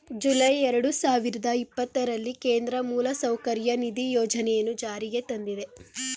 July ಎರಡು ಸಾವಿರದ ಇಪ್ಪತ್ತರಲ್ಲಿ ಕೇಂದ್ರ ಮೂಲಸೌಕರ್ಯ ನಿಧಿ ಯೋಜನೆಯನ್ನು ಜಾರಿಗೆ ತಂದಿದೆ